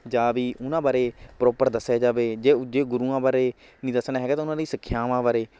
ਜਾਂ ਵੀ ਉਹਨਾਂ ਬਾਰੇ ਪ੍ਰੋਪਰ ਦੱਸਿਆ ਜਾਵੇ ਜੇ ਜੇ ਗੁਰੂਆਂ ਬਾਰੇ ਨਹੀਂ ਦੱਸਣਾ ਹੈਗਾ ਤਾਂ ਉਹਨਾਂ ਦੀ ਸਿੱਖਿਆਵਾਂ ਬਾਰੇ